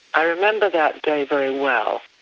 i remember that day very well.